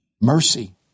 mercy